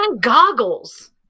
Goggles